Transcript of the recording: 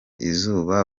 izuba